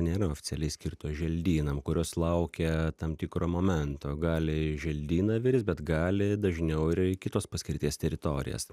nėra oficialiai skirtos želdynam kurios laukia tam tikro momento gali į želdyną virst bet gali dažniau ir į kitos paskirties teritorijas